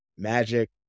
Magic